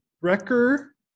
Wrecker